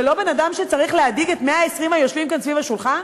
זה לא בן-אדם שצריך להדאיג את 120 היושבים כאן סביב השולחן?